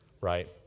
right